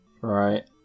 Right